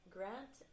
Grant